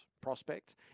prospect